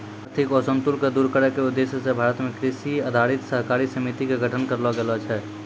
आर्थिक असंतुल क दूर करै के उद्देश्य स भारत मॅ कृषि आधारित सहकारी समिति के गठन करलो गेलो छै